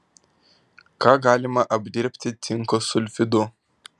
ką galima apdirbti cinko sulfidu